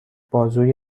بازوی